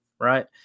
right